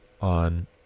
on